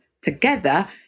together